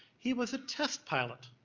he was a test pilot